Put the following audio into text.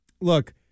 Look